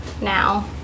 now